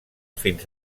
fins